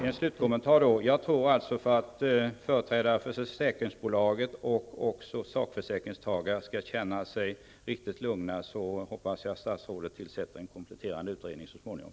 Fru talman! För att företrädare för försäkringsbolaget och sakförsäkringstagare skall känna sig riktigt lugna, hoppas jag att statsrådet tillsätter en kompletterande utredning så småningom.